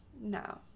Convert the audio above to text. No